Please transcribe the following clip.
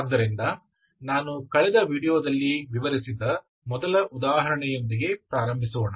ಆದ್ದರಿಂದ ನಾನು ಕಳೆದ ವೀಡಿಯೊದಲ್ಲಿ ವಿವರಿಸಿದ ಮೊದಲ ಉದಾಹರಣೆಯೊಂದಿಗೆ ಪ್ರಾರಂಭಿಸೋಣ